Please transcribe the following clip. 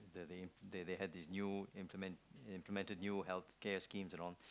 the they the they had this new implement they implemented new healthcare schemes and all